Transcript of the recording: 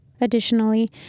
Additionally